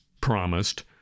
promised